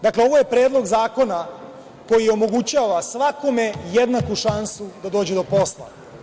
Dakle, ovo je predlog zakona koji omogućava svakome jednaku šansu da dođe do posla.